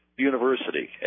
University